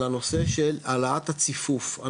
על הנושא של העלאת הציפוף,